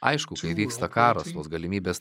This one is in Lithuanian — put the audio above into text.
aišku vyksta karas tos galimybės